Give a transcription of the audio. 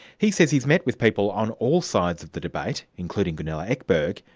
he says he's met with people on all sides of the debate, including gunilla ekberg,